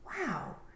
wow